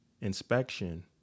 inspection